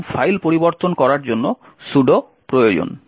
কারণ ফাইল পরিবর্তন করার জন্য sudo প্রয়োজন